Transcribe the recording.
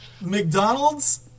McDonald's